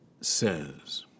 says